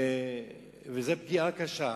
זו פגיעה קשה.